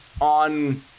on